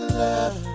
love